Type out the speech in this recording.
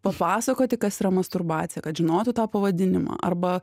papasakoti kas yra masturbacija kad žinotų tą pavadinimą arba